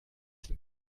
sind